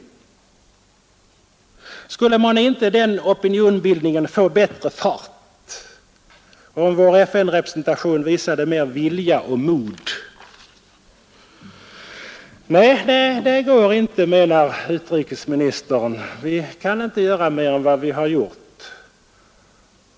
Skulle inte den opinionsbildningen få bättre fart om vår FN-representation visade mer vilja och mod? Nej, det går inte, menar utrikesministern, vi kan inte göra mer än vi har gjort.